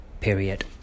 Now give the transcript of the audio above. period